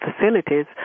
facilities